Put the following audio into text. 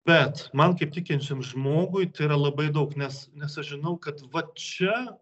bet man kaip tikinčiam žmogui tai yra labai daug nes nes aš žinau kad va čia